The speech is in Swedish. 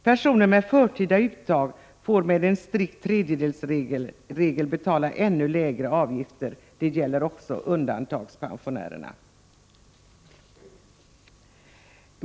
Personer med förtida uttag får med en strikt tredjedelsregel betala ännu lägre avgifter. Det gäller också undantagspensionärerna.